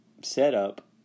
setup